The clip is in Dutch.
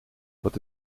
wat